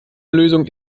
lösung